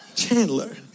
Chandler